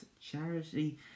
Charity